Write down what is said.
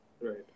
right